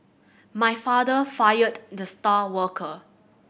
my father fired the star worker